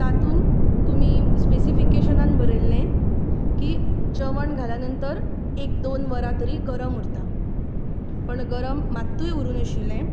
तातूंत तुमी स्पेसिफिकेशनान बरयल्ले की जेवण घाल्या नंतर एक दोन वरां तरी गरम उरता पण गरम मातूय उरूंक नाशिल्लें